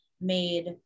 made